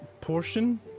portion